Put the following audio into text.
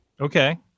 Okay